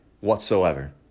whatsoever